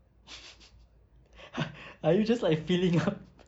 !huh! are you just like filling up